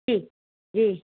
جی جی